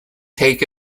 take